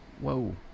Whoa